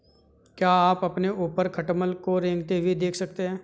क्या आप अपने ऊपर खटमल को रेंगते हुए देख सकते हैं?